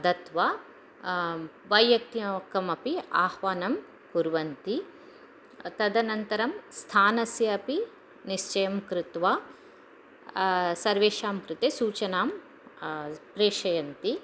दत्वा वैयक्तिकमपि आह्वानं कुर्वन्ति तदनन्तरं स्थानस्य अपि निश्चयं कृत्वा सर्वेषां कृते सूचनां प्रेषयन्ति